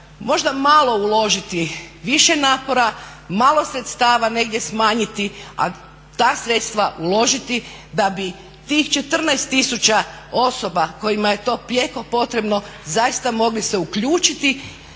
možda malo uložiti više napora, malo sredstava negdje smanjiti a ta sredstva uložiti da bi tih 14 tisuća osoba kojima je to prijeko potrebno zaista mogli se uključiti